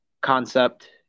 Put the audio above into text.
concept